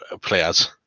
players